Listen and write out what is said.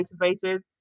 motivated